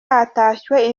hatashywe